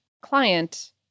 client